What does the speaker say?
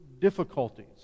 difficulties